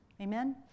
Amen